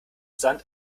sand